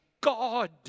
God